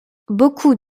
beaucoup